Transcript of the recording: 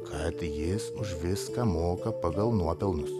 kad jis už viską moka pagal nuopelnus